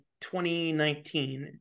2019